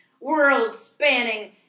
world-spanning